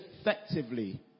effectively